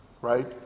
right